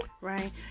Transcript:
Right